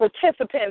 participants